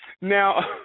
Now